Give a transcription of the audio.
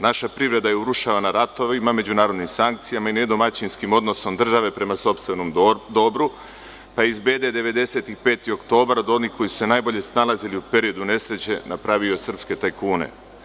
Naša privreda je urušavana ratovima, međunarodnim sankcijama i nedomaćinskim odnosom države prema sopstvenom dobru, pa iz bede 90-ih, 5. oktobar, od onih koji su se najbolje snalazili u periodu nesreće, napravio je srpske tajkune.